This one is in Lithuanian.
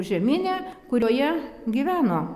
žeminę kurioje gyveno